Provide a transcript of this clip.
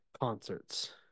concerts